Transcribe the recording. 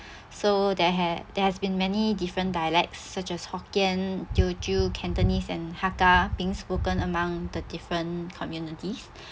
so there ha~ there has been many different dialects such as hokkien teochew cantonese and hakka being spoken among the different communities